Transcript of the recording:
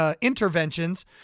Interventions